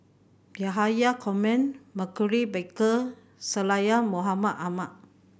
Yahya Cohen Maurice Baker Syed Mohamed Ahmed